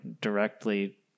directly